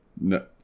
No